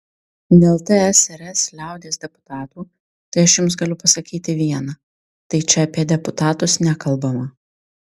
dėl tsrs liaudies deputatų tai aš jums galiu pasakyti viena tai čia apie deputatus nekalbama